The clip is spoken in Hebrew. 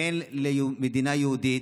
כן למדינה יהודית.